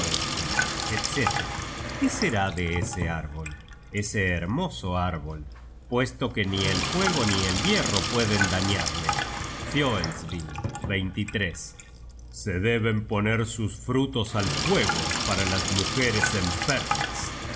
etc qué será de ese árbol ese hermoso árbol puesto que ni el fuego ni el hierro pueden dañarle fioelsving se deben poner sus frutos al fuego para las mujeres enfermas